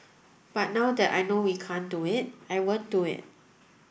but now that I know we can't do it I won't do it